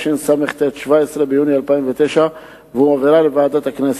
התשס"ט, 17 ביוני 2009, והועברה לוועדת הכנסת.